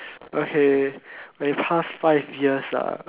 okay my pass five years lah